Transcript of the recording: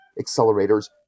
accelerators